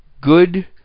good